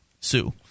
sue